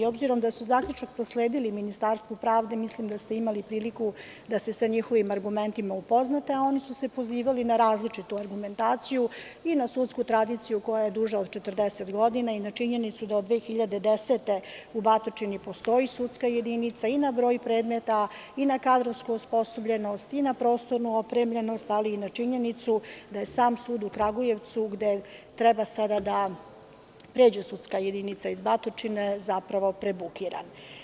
S obzirom da su zaključak prosledili Ministarstvu pravde, mislim da ste imali priliku da se sa njihovim argumentima upoznate, a oni su se pozivali na različitu argumentaciju i na sudsku tradiciju koja je duža od 40 godina i na činjenicu da od 2010. godine u Batočini postoji sudska jedinica i na broj predmeta, na kadrovsku osposobljenost, na prostornu opremljenost, ali i na činjenicu da je sam sud u Kragujevcu gde treba sada da pređe sudska jedinica iz Batočine, zapravo prebukiran.